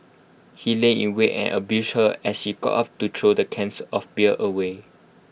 he lay in wait and ambushed her as she got up to throw the cans of beer away